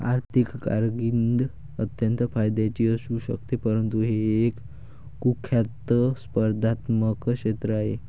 आर्थिक कारकीर्द अत्यंत फायद्याची असू शकते परंतु हे एक कुख्यात स्पर्धात्मक क्षेत्र आहे